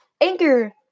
Anchor